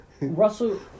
Russell